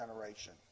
generation